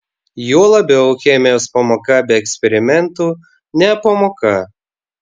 juo labiau chemijos pamoka be eksperimentų ne pamoka